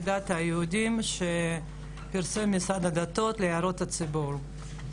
הדת היהודיים שפרסם משרד הדתות להערות הציבור.